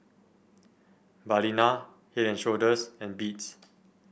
Balina Head And Shoulders and Beats